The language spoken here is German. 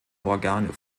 organe